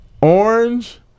orange